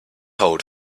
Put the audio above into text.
hold